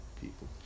people